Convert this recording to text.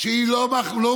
היא לא מוחלפת,